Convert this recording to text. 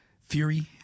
Fury